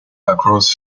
across